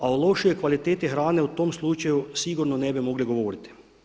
A o lošijoj kvaliteti hrane u tom slučaju sigurno ne bi mogli govoriti.